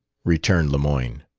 returned lemoyne.